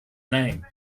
name